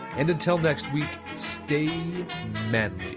and until next week stay manly